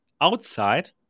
outside